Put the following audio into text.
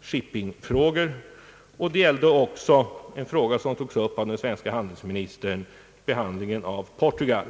shippingfrågor och — en sak som togs upp av den svenske handelsministern — inställningen till Portugal.